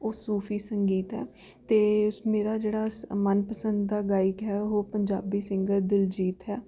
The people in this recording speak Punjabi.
ਉਹ ਸੂਫੀ ਸੰਗੀਤ ਆ ਅਤੇ ਮੇਰਾ ਜਿਹੜਾ ਮਨਪਸੰਦ ਦਾ ਗਾਇਕ ਹੈ ਉਹ ਪੰਜਾਬੀ ਸਿੰਗਰ ਦਲਜੀਤ ਹੈ